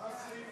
מה הסעיף